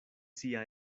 sia